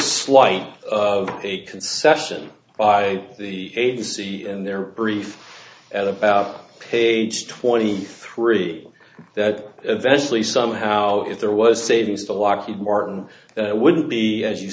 slight of a concession by the agency and their brief at about age twenty three that eventually somehow if there was savings to lockheed martin would be as you